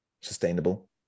sustainable